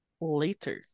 later